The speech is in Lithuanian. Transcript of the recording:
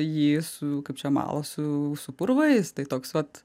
jį su kaip čia mala su su purvais tai toks vat